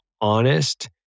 honest